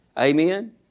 Amen